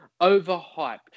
overhyped